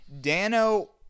dano